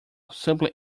simply